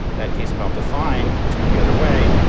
that case involved a fine, which went the other way.